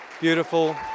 beautiful